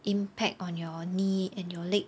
impact on your knee and your leg